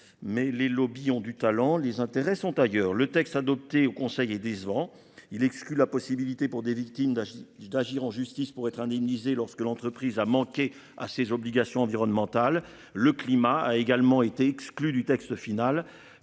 Mais les lobbies ont du talent. Les intérêts sont ailleurs. Le texte adopté au Conseil et décevant il exclut la possibilité pour des victimes. D'agir en justice pour être indemnisés. Lorsque l'entreprise a manqué à ses obligations environnementales, le climat a également été exclu du texte final